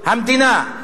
המדינה.